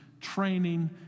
training